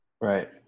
right